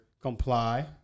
comply